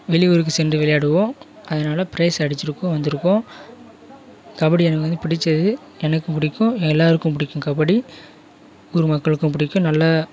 வெளியூருக்கு சென்று விளையாடுவோம் அதனால் பிரைஸ் அடிச்சுருக்கோம் வந்திருக்கோம் கபடி அதனால் பிடித்தது எனக்கு பிடிக்கும் எல்லோருக்கும் பிடிக்கும் கபடி ஊர்மக்களுக்கும் பிடிக்கும் நல்ல